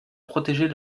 protéger